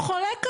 חולה כזה,